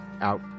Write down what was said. out